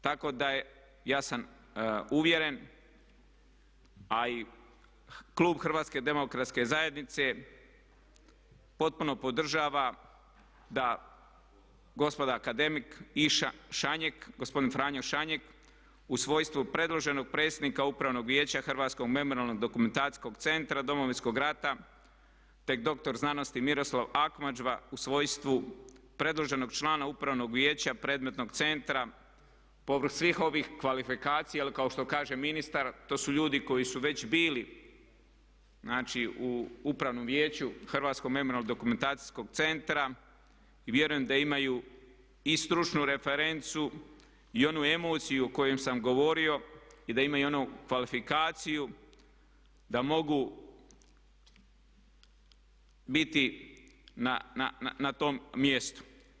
Tako da ja sam uvjeren, a i klub HDZ-a potpuno podržava da gospoda akademik Franjo Šanjek u svojstvu predloženog predsjednika Upravnog vijeća Hrvatskog memorijalno-dokumentacijskog centra Domovinskog rata te dr.sc. Miroslav Akmadža u svojstvu predloženog člana upravnog vijeća predmetnog centra povrh svih ovih kvalifikacija jer kao što kaže ministar to su ljudi koji su već bili znači u upravnom Vijeću Hrvatskog memorijalno dokumentacijskog centra i vjerujem da imaju i stručnu referencu i onu emociju o kojoj sam govorio i da imaju i onu kvalifikaciju da mogu biti na tom mjestu.